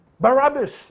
Barabbas